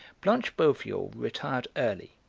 blanche boveal retired early,